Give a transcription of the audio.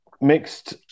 mixed